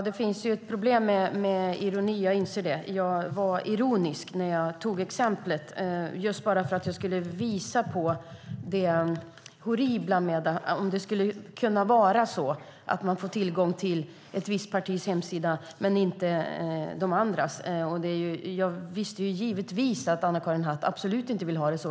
Fru talman! Det är problem med ironi - jag inser det. Jag var ironisk när jag tog exemplet, just bara för att visa på det horribla om det skulle vara så att man får tillgång till ett partis hemsida men inte de andras. Jag visste givetvis att Anna-Karin Hatt absolut inte vill ha det så.